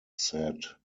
said